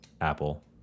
Apple